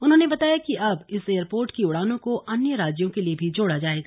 उन्होंने बताया कि अब इस एयरपोर्ट की उड़ानों को अन्य राज्यों के लिए भी जोड़ा जाएगा